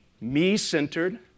me-centered